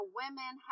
women